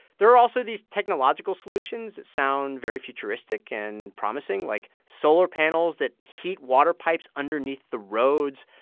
there are also these technological solutions that sound very futuristic and promising, like solar panels that heat water pipes underneath the roads,